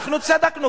אנחנו צדקנו,